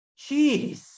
Jeez